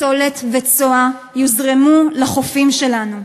פסולת וצואה יוזרמו לחופים שלנו.